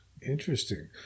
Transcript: Interesting